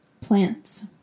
plants